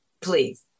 please